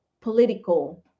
political